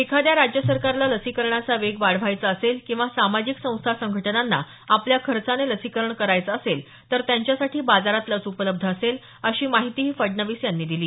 एखाद्या राज्य सरकारला लसीकरणाचा वेग वाढवायचा असेल किंवा सामाजिक संस्था संघटनांना आपल्या खर्चाने लसीकरण करायचं असेल तर त्यांच्यासाठी बाजारात लस उपलब्ध असेल अशी माहिती फडणवीस यांनी दिली